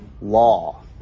law